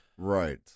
right